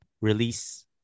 release